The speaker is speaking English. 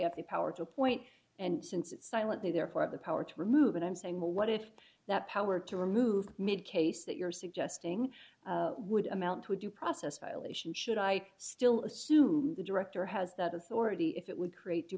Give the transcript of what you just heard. have the power to appoint and since it silently therefore have the power to remove it i'm saying well what if that power to remove made case that you're suggesting would amount to a due process violation should i still assume the director has that authority if it would create due